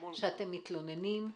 שאתם מתלוננים,